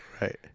Right